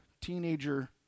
teenager